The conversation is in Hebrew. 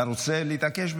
אתה רוצה להתעקש?